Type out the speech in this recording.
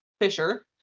Fisher